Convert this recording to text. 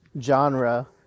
genre